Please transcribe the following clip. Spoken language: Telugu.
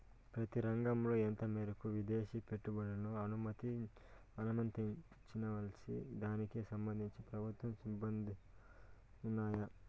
ప్రతి రంగంలో ఎంత మేరకు విదేశీ పెట్టుబడులను అనుమతించాలన్న దానికి సంబంధించి ప్రభుత్వ నిబంధనలు ఉన్నాయా?